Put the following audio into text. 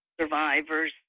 survivors